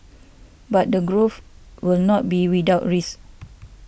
but the growth will not be without risk